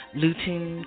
lutein